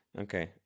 Okay